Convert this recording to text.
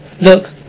Look